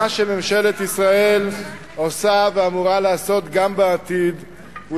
מה שממשלת ישראל עושה ואמורה לעשות גם בעתיד הוא